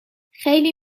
خیلی